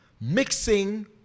mixing